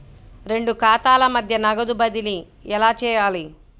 రెండు ఖాతాల మధ్య నగదు బదిలీ ఎలా చేయాలి?